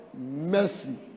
mercy